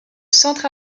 centre